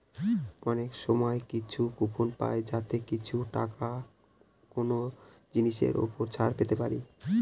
অনেক সময় আমরা কুপন পাই যাতে কিছু টাকা কোনো জিনিসের ওপর ছাড় পেতে পারি